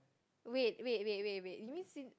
wait wait wait wait wait you mean since